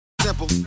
Simple